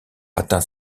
atteint